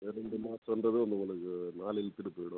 சொல்கிறது வந்து உங்களுக்கு நாள் இழுத்துட்டு போய்டும்